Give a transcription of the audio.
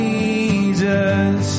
Jesus